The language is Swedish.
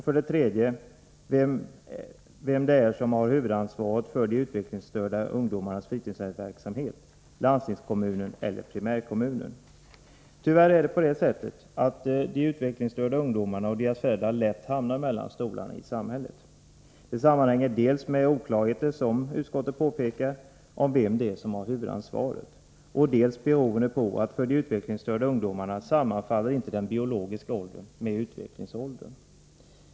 För det tredje är det oklart vem som har huvudansvaret för de utvecklingsstörda ungdomarnas fritidshemsverksamhet — landstingskommunen eller primärkommunen. Tyvärr hamnar de utvecklingsstörda ungdomarna och deras föräldrar lätt mellan stolarna i samhället. Det sammanhänger dels med oklarheter, som utskottet påpekar, om vem som har huvudansvaret, dels med att den biologiska åldern inte sammanfaller med utvecklingsåldern för de utvecklingsstörda ungdomarna.